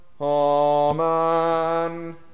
Amen